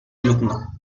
alumno